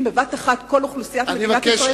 בבת אחת כל אוכלוסיית מדינת ישראל תתחסן,